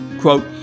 Quote